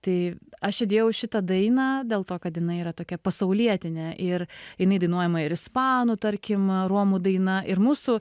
tai aš įdėjau šitą dainą dėl to kad jinai yra tokia pasaulietinė ir jinai dainuojama ir ispanų tarkim romų daina ir mūsų